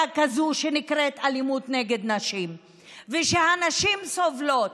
כזאת שנקראת אלימות נגד נשים ושהנשים סובלות.